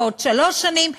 בעוד שלוש שנים.